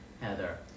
Heather